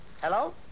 Hello